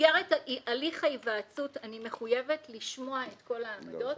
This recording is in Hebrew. במסגרת הליך ההיוועצות אני מחויבת לשמוע את כל העמדות,